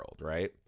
right